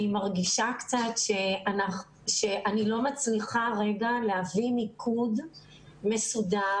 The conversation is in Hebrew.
מרגישה קצת שאני לא מצליחה רגע להביא מיקוד מסודר.